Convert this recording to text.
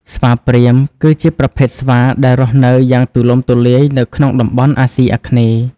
ស្វាព្រាហ្មណ៍ គឺជាប្រភេទស្វាដែលរស់នៅយ៉ាងទូលំទូលាយនៅក្នុងតំបន់អាស៊ីអាគ្នេយ៍។